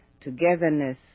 togetherness